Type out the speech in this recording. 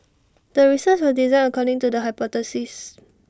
the research was designed according to the hypothesis